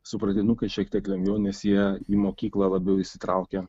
su pradinukais šiek tiek lengviau nes jie į mokyklą labiau įsitraukia